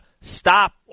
Stop